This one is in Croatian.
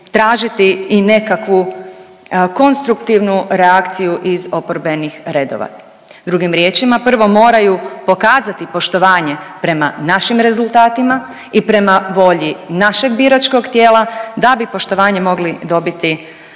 tražiti i nekakvu konstruktivnu reakciju iz oporbenih redova. Drugim riječima prvo moraju pokazati poštovanje prema našim rezultatima i prema volji našeg biračkog tijela da bi poštovanje mogli dobiti